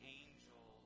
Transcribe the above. angel